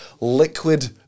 Liquid